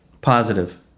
positive